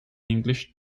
english